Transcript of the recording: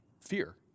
Fear